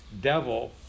devil